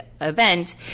event